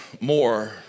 more